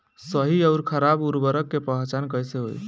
सही अउर खराब उर्बरक के पहचान कैसे होई?